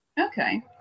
Okay